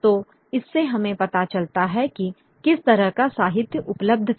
तो इससे हमें पता चलता है कि किस तरह का साहित्य उपलब्ध था